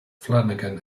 flanagan